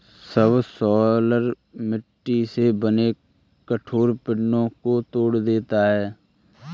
subsoiler मिट्टी से बने कठोर पिंडो को तोड़ देता है